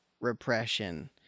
repression